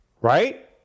Right